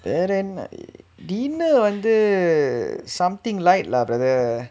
வேற என்ன:vera enna dinner வந்து:vanthu something light lah brother